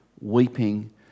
weeping